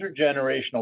intergenerational